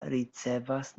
ricevas